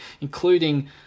including